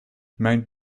mijn